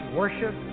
worship